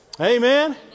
Amen